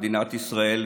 עם מדינת ישראל,